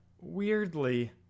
weirdly